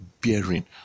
bearing